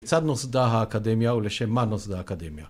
‫כיצד נוסדה האקדמיה ‫ולשם מה נוסדה האקדמיה.